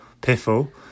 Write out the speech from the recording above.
Piffle